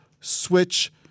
switch –